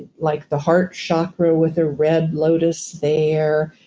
like the heart chakra with a red lotus there,